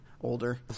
older